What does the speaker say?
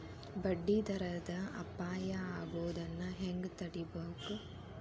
ಬಡ್ಡಿ ದರದ್ ಅಪಾಯಾ ಆಗೊದನ್ನ ಹೆಂಗ್ ತಡೇಬಕು?